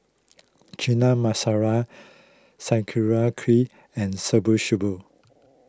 Chana Masala Sauerkraut and Shabu Shabu